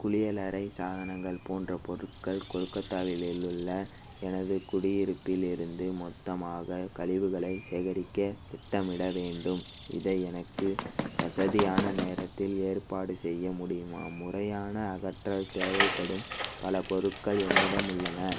குளியலறை சாதனங்கள் போன்ற பொருட்கள் கொல்கத்தாவில் உள்ள எனது குடியிருப்பில் இருந்து மொத்தமாக கழிவுகளை சேகரிக்க திட்டமிட வேண்டும் இதை எனக்கு வசதியான நேரத்தில் ஏற்பாடு செய்ய முடியுமா முறையான அகற்றல் தேவைப்படும் பல பொருட்கள் என்னிடம் உள்ளன